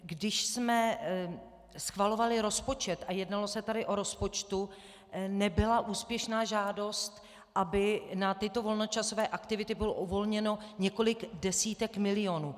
Když jsme schvalovali rozpočet a jednalo se tady o rozpočtu, nebyla úspěšná žádost, aby na tyto volnočasové aktivity bylo uvolněno několik desítek milionů.